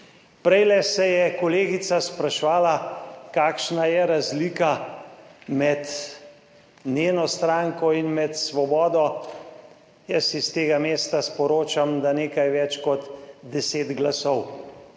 Prej se je kolegica spraševala, kakšna je razlika med njeno stranko in med Svobodo. Jaz iz tega mesta sporočam, da nekaj več kot 10 glasov